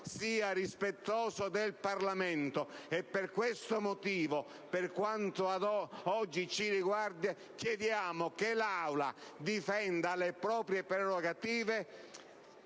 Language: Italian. sia rispettoso del Parlamento e per questo motivo, per quanto oggi ci riguarda, chiediamo che l'Aula difenda le proprie prerogative